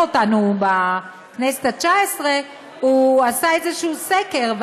אותנו בכנסת התשע-עשרה הוא עשה איזה סקר,